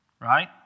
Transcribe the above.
right